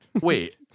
Wait